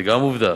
גם זו עובדה.